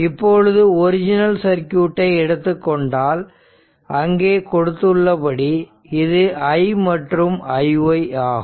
இப்பொழுது ஒரிஜினல் சர்க்யூட்டை எடுத்துக்கொண்டால் அங்கே கொடுத்துள்ளபடி இது i மற்றும் iy ஆகும்